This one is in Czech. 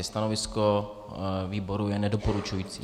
Stanovisko výboru je nedoporučující.